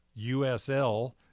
USL